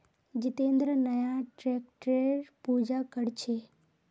जितेंद्र नया ट्रैक्टरेर पूजा कर छ